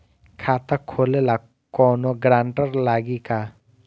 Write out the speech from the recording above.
खाता खोले ला कौनो ग्रांटर लागी का?